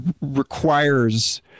requires